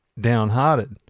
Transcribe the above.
Downhearted